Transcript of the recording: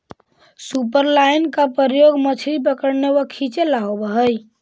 superline का प्रयोग मछली पकड़ने व खींचे ला होव हई